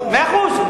מאה אחוז.